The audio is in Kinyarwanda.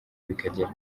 bikagera